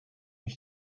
ich